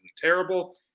terrible